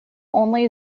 only